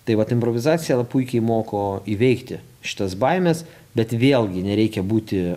tai vat improvizacija puikiai moko įveikti šitas baimes bet vėlgi nereikia būti